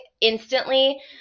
instantly